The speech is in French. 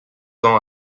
tend